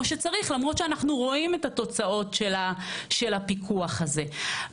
שצריך למרות שאנחנו רואים את התוצאות של הפיקוח הזה.